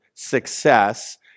success